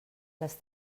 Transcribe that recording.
les